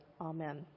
Amen